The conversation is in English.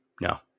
No